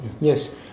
yes